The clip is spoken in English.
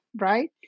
right